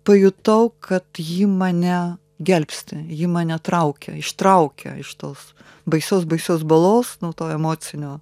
pajutau kad ji mane gelbsti ji mane traukia ištraukia iš tos baisios baisios balos nuo to emocinio